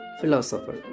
philosopher